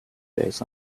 days